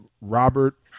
Robert